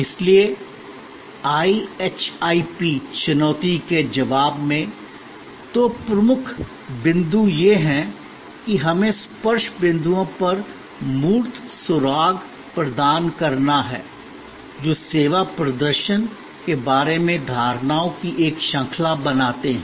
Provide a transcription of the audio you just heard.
इसलिए IHIP चुनौती के जवाब में दो प्रमुख बिंदु यह हैं कि हमें स्पर्श बिंदुओं पर मूर्त सुराग प्रदान करना है जो सेवा प्रदर्शन के बारे में धारणाओं की एक श्रृंखला बनाते हैं